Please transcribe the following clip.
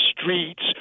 streets